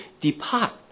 depart